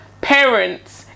parents